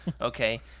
okay